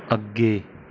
ਅੱਗੇ